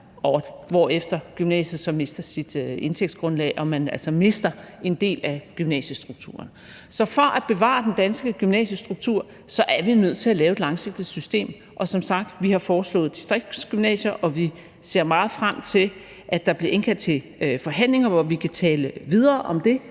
hvorefter gymnasiet så mister sit indtægtsgrundlag og man altså mister en del af gymnasiestrukturen. Så for at bevare den danske gymnasiestruktur er vi nødt til at lave et langsigtet system. Som sagt har vi foreslået distriktsgymnasier, og vi ser meget frem til, at der bliver indkaldt til forhandlinger, hvor vi kan tale videre om det